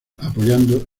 apoyando